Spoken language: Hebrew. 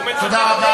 הוא מצטט את, תודה רבה.